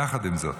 יחד עם זאת,